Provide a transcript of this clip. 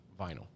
vinyl